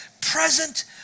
present